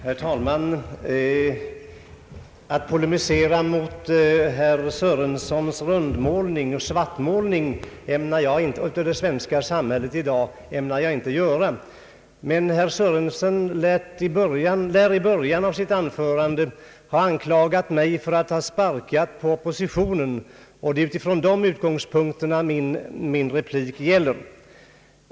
Herr talman! Jag ämnar inte polemisera mot herr Sörensons rundmålning och svartmålning av det svenska samhället av i dag. Herr Sörenson lär emellertid i början av sitt anförande ha anklagat mig för att ha sparkat på oppositionen, och det är detta yttrande min replik gäller.